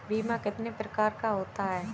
बीमा कितने प्रकार का होता है?